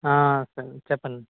సరే చెప్పండి